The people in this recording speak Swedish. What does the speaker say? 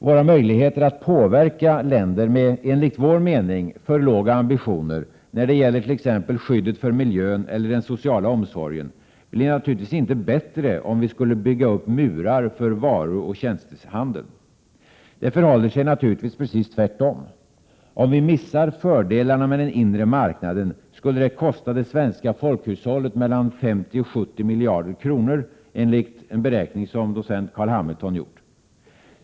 Våra möjligheter att påverka länder med, enligt vår mening, för låga ambitioner när det t.ex. gäller skyddet för miljön eller den sociala omsorgen blir naturligtvis inte bättre om vi skulle bygga upp murar för varuoch tjänstehandeln. Det förhåller sig naturligtvis precis tvärtom. Om vi missar fördelarna med den inre marknaden skulle det kosta det svenska folkhushållet mellan 50 och 70 miljarder kronor, enligt docent Carl B Hamiltons beräkningar.